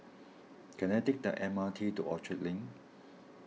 can I take the M R T to Orchard Link